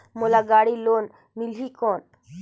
मोला गाड़ी लोन मिलही कौन?